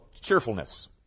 cheerfulness